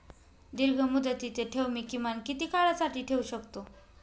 दीर्घमुदतीचे ठेव मी किमान किती काळासाठी ठेवू शकतो?